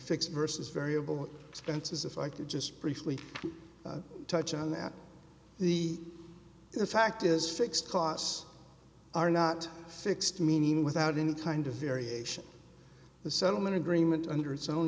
fixed versus variable expenses if i could just briefly touch on that the fact is fixed costs are not fixed meaning without any kind of variation the settlement agreement under its own